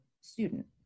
student